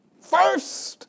first